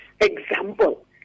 example